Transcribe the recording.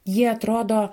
jie atrodo